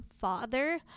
father